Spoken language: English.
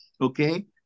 okay